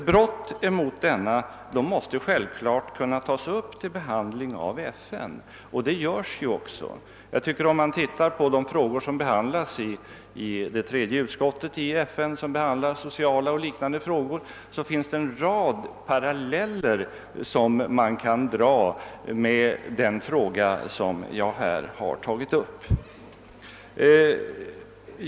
Brott mot denna förklaring måste självfallet kunna tas upp till behandling av FN, och detta förekommer också. Om man ser på de frågor som tagits upp i FN:s tredje utskott, vilket behandlar sociala och liknande angelägenheter, finner man en rad paralleller till det fall som jag nu aktualiserat.